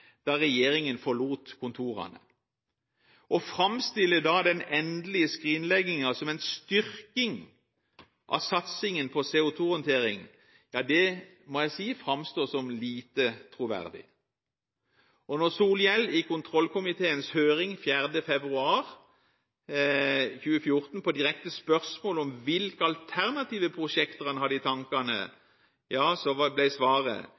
da regjeringen forlot kontorene. Å framstille da den endelige skrinleggingen som en styrking av satsingen på CO2-håndtering, må jeg si framstår som lite troverdig. Og da Solhjell i kontrollkomiteens høring 4. februar 2014 på direkte spørsmål om hvilke alternative prosjekter han hadde i tankene, var svaret: